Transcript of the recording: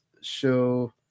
show